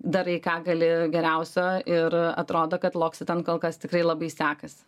darai ką gali geriausio ir atrodo kad loksitant kol kas tikrai labai sekasi